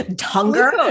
hunger